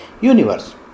universe